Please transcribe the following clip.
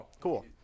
Cool